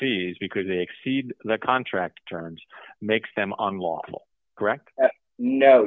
fees because they exceed the contract terms makes them on lawful correct no